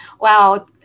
Wow